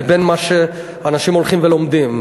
לבין מה שאנשים הולכים ולומדים.